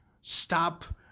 stop